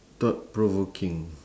thought provoking